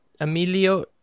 Emilio